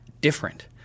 different